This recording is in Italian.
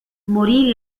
morì